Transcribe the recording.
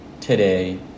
Today